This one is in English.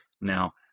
Now